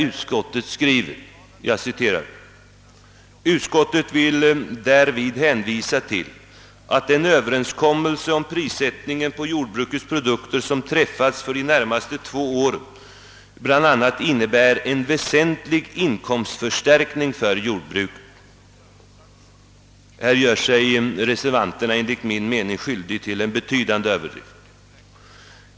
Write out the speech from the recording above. Reservanterna skriver: »Utskottet vill därvid hänvisa till att den överenskommelse om prissättningen på jordbrukets produkter, som träffats för de närmaste två åren ———, bl.a. innebär en väsentlig inkomstförstärkning för jordbruket.» Här gör sig reservanterna enligt min mening skyldiga till en betydande överdrift.